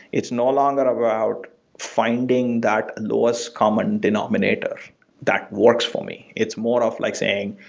it's no longer about finding that lowest common denominator that works for me. it's more of like saying,